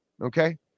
okay